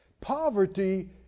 Poverty